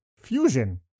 fusion